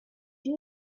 duo